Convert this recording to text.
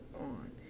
on